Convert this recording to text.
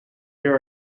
there